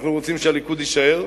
אנחנו רוצים שהליכוד יישאר,